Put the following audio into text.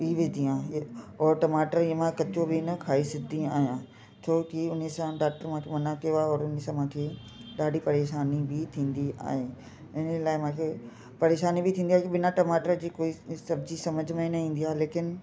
ई विझंदी आहियां और टमाटर इहो मां कचो बि न खाई सघंदी आहियां छोकी उनसां डॉक्टर मूंखे मना कयो आहे और उनसां मूंखे ॾाढी परेशानी बि थींदी आहे इन लाइ मूंखे परेशानी बि थींदी आहे कि बिना टमाटर जी कोई सब्जी सम्झ में न ईंदी आ्हे लेकिन